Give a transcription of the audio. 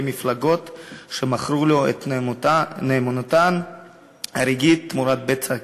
מפלגות שמכרו לו את נאמנותן הרגעית תמורת בצע כסף.